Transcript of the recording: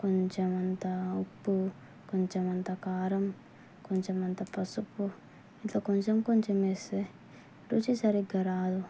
కొంచెం అంత ఉప్పు కొంచెం అంతా కారం కొంచెం అంతా పసుపు ఇట్లా కొంచెం కొంచెం వేస్తే రుచి సరిగా రాదు